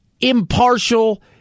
impartial